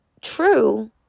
true